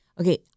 Okay